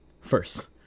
first